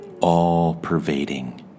all-pervading